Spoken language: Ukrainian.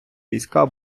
війська